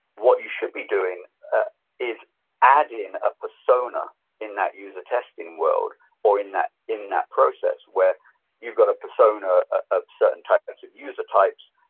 what you should be doing is adding a persona in that user testing world or in that in that process where you've got a persona of certain types of user types.